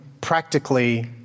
practically